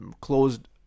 closed